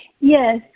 Yes